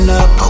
up